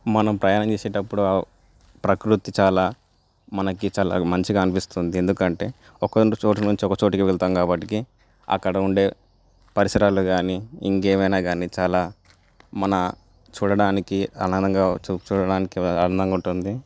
మనం ప్రయాణం చేసేటప్పుడు ప్రకృతి చాలా మనకి చాలా మంచిగా అనిపిస్తుంది ఎందుకంటే ఒక చోట నుంచి ఒక చోటికి వెళ్తాం కాబట్టి అక్కడ ఉండే పరిసరాలు గాని ఇంకేమైనా గానీ చాలా మన చూడడానికి ఆనందంగా చూపు చూడడానికి ఆనందంగా ఉంటుంది